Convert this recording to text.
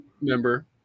member